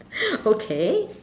okay